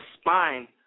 spine